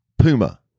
Puma